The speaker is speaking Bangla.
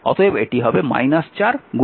অতএব এটি হবে 4 5